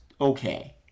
okay